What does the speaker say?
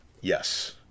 yes